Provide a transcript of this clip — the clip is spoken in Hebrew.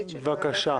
התש"ף-2020 (פ/2/23) בבקשה,